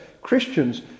Christians